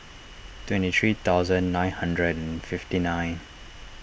twenty three thousand nine hundred and fifty nine